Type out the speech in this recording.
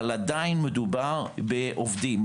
אבל עדיין מדובר בעובדים,